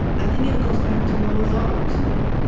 i think it goes back to noah's ark, too.